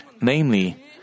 Namely